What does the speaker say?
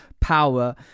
power